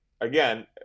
again